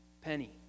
penny